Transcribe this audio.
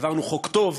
העברנו חוק טוב,